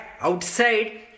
outside